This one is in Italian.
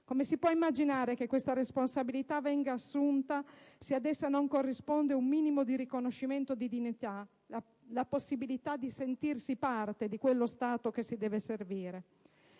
Come si può immaginare che questa responsabilità venga assunta, se ad essa non corrisponde un minimo riconoscimento di dignità, la possibilità di sentirsi parte di quello Stato che si deve servire?